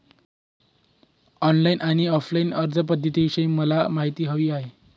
online आणि offline अर्जपध्दतींविषयी मला माहिती हवी आहे